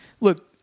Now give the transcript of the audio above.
look